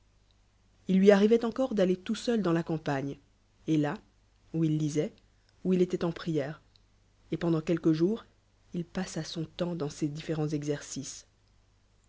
il lui arrivoit ent re d'aller tout seul dans la campagnej et là où il éloit en prière et pendant quelques jours il passa sou temps dans ces différents exercices